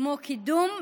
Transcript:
כמו קידום,